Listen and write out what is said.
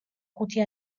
ხუთი